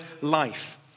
life